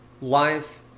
life